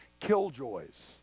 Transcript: killjoys